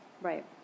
Right